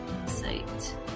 insight